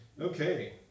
Okay